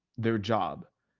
their job,